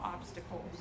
obstacles